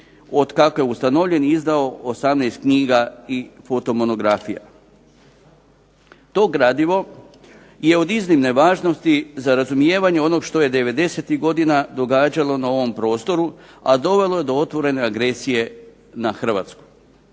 otkako je ustanovljen izdao 18 knjiga i fotomonografija. To gradivo je od iznimne važnosti za razumijevanje onoga što je 90-ih godina događalo na ovom prostoru, a dovelo je do otvorene agresije na Hrvatsku.